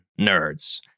nerds